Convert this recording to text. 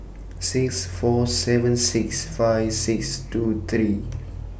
six four seven six five six two three